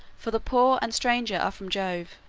for the poor and stranger are from jove.